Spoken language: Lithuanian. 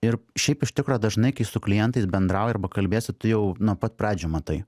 ir šiaip iš tikro dažnai kai su klientais bendrauji arba kalbiesi tu jau nuo pat pradžių matai